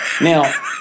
Now –